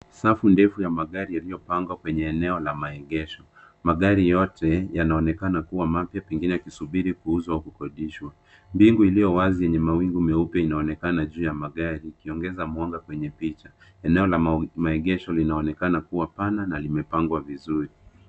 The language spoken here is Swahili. Safu ndefu ya magari yaliyopangwa kwenye eneo la maegesho. Magari yote yanaonekana kua mapya pengine yakisubiri kuuzwa au kukodishwa. Mbingu iliyo wazi yenye mawingu meupe inaonekana juu ya magari, ikiongeza mwanga kwenye picha. Eneo la maegesho linaonekana kua pana na limepangwa vizuri.